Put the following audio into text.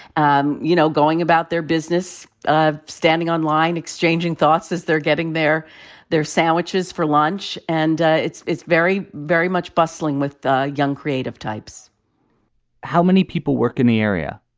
um you know, going about their business. ah standing on line, exchanging thoughts as they're getting their their sandwiches for lunch. and ah it's it's very, very much bustling with young creative types how many people work in the area?